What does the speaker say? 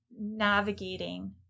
navigating